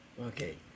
okay